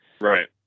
Right